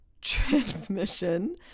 transmission